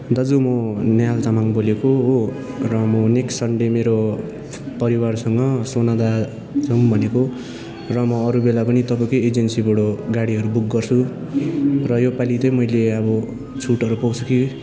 दाजु म नेहाल तामाङ बोलेको हो र म नेक्स्ट सन्डे मेरो परिवारसँग सोनादा जाउँ भनेको र म अरू बेला पनि तपाईँकै एजेन्सीबाट गाडीहरू बुक गर्छु र योपालि चाहिँ मैले अब छुटहरू पाउँछु कि